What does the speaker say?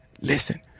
listen